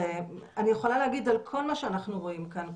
אני יכולה להגיד על כל מה שאנחנו רואים כאן,